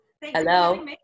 Hello